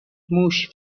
موش